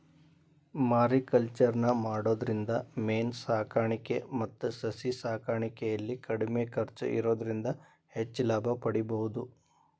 mariculture ನ ಮಾಡೋದ್ರಿಂದ ಮೇನ ಸಾಕಾಣಿಕೆ ಮತ್ತ ಸಸಿ ಸಾಕಾಣಿಕೆಯಲ್ಲಿ ಕಡಿಮೆ ಖರ್ಚ್ ಇರೋದ್ರಿಂದ ಹೆಚ್ಚ್ ಲಾಭ ಪಡೇಬೋದು